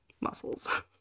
muscles